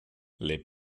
les